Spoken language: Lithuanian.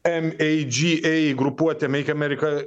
em ei dži ei grupuotė meik amerika